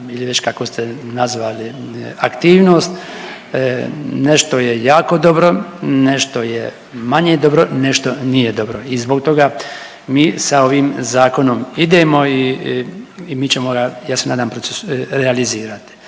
ili već kako ste nazvali aktivnost, nešto je jako dobro, nešto je manje dobro, nešto nije dobro i zbog toga mi sa ovim zakonom idemo i mi ćemo ra…, ja se nadam procesu…, realizirati.